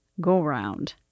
go-round